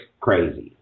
crazy